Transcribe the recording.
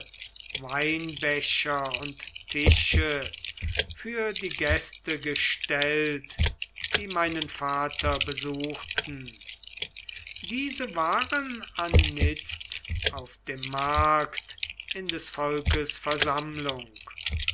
weinbecher und tische für die gäste gestellt die meinen vater besuchten diese waren jetzt auf dem markt in des volkes versammlung